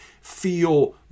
feel